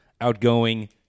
outgoing